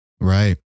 Right